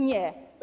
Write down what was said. Nie.